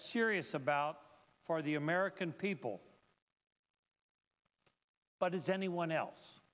serious about for the american people but does anyone else